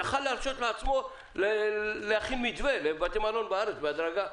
יכול היה להרשות לעצמו להכין מתווה לבתי מלון בארץ בהדרגה.